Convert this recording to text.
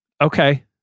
Okay